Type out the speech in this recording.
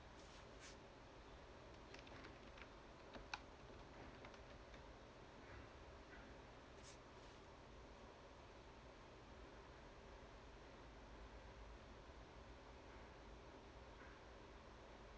uh